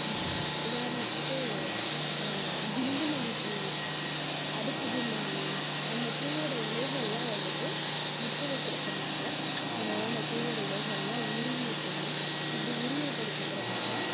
உதாரணத்துக்கு குண்டு மல்லி பூ அடுக்கு குண்டு மல்லி அந்த பூவோடய இலைகள்லாம் வந்துட்டு மொட்டு வைக்கிற சமயத்தில் நம்ம அந்த பூவோட இலைகள்லாம் உருவி விட்டுறணும் அப்படி உருவி விட்டதுக்கு அப்புறமாக தான்